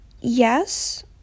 Yes